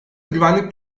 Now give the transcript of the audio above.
güvenlik